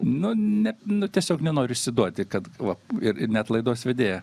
nu ne nu tiesiog nenori išsiduoti kad va ir net laidos vedėja